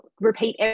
repeat